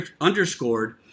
underscored